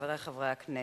חברי חברי הכנסת,